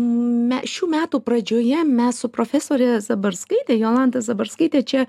me šių metų pradžioje mes su profesore zabarskaite jolanta zabarskaite čia